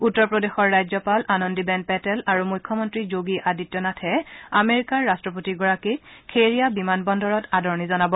উত্তৰ প্ৰদেশৰ ৰাজ্যপাল আনন্দিবেন পেটেল আৰু মুখ্যমন্ত্ৰী যোগী আদিত্যনাথে আমেৰিকাৰ ৰট্টপতিগৰাকীক খেৰিয়া বিমান বন্দৰত আদৰণি জনাব